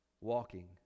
walking